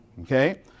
okay